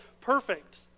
perfect